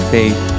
Faith